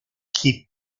keep